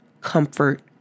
comfort